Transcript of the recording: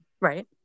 Right